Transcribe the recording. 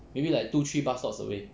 maybe like two three bus stops away